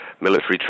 military